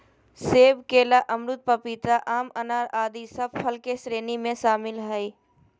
सेब, केला, अमरूद, पपीता, आम, अनार आदि सब फल के श्रेणी में शामिल हय